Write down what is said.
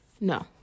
No